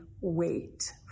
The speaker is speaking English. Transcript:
wait